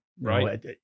Right